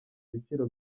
ibiciro